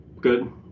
good